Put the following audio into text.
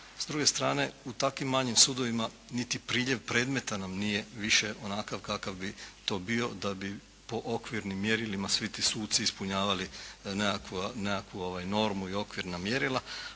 S druge strane u takvim manjim sudovima niti priljev predmeta nam nije više onakav kakav bi to bio da bi po okvirnim mjerilima svi ti suci ispunjavali nekakvu normu i okvirna mjerila,